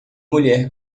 mulher